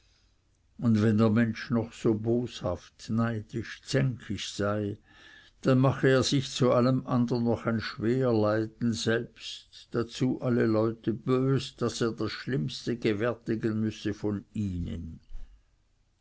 und wenn der mensch noch so boshaft neidisch zänkisch sei dann mache er sich zu allem andern noch ein schwer leiden selbst dazu alle leute bös daß er das schlimmste gewärtigen müsse von ihnen